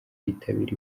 kwitabira